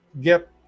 get